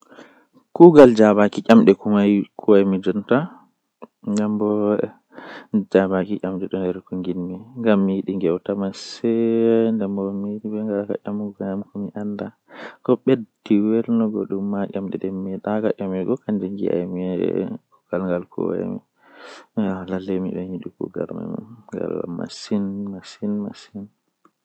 Ndikkinami maayo dow kooseeje ngam maayo do don mari ndiyam haa nbder jei awawata yarugo ndiyamman yara loota loota limsema awada ko ayidi kala bi adamaajo fu don mai haaje ndiyam amma kooseje nafu maajum sedda